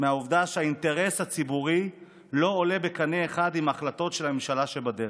מהעובדה שהאינטרס הציבורי לא עולה בקנה אחד עם החלטות הממשלה שבדרך?